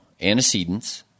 antecedents